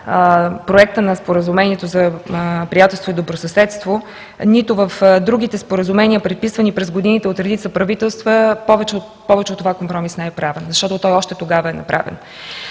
проекта на Споразумението за приятелство и добросъседство, нито в другите споразумения, подписвани през годините от редица правителства, повече от това компромис не е правен, защото той още тогава е направен.